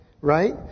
right